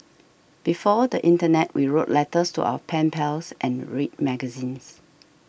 before the internet we wrote letters to our pen pals and read magazines